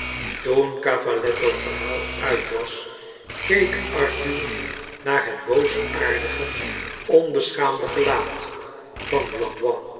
toen cavalletto's verhaal uit was keek arthur naar het boosaardige onbeschaamde gelaat van